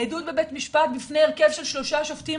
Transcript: עדות בבית משפט בפני הרכב של שלושה שופטים,